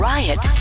Riot